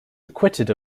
acquitted